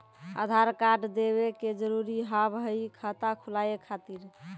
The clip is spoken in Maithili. आधार कार्ड देवे के जरूरी हाव हई खाता खुलाए खातिर?